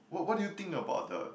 what what do you think about the